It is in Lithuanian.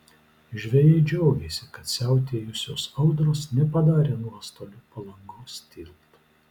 žvejai džiaugėsi kad siautėjusios audros nepadarė nuostolių palangos tiltui